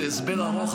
זה הסבר ארוך,